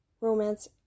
romance